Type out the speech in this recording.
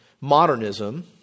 modernism